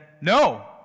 no